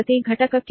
844